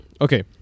Okay